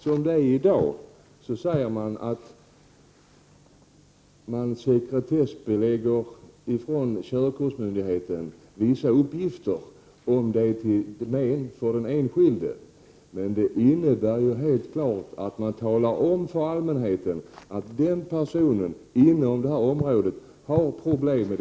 Som det är i dag sekretessbelägger körkortsmyndigheten vissa uppgifter, om det är till men för den enskilde. Men det innebär ju helt klart att man talar om för allmänheten att den person som uppgifterna avser har problem.